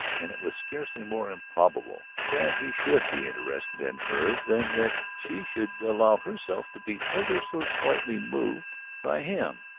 and it was scarcely more improbable that he should be interested in her than that she should allow herself to be ever so slightly moved by him.